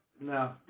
No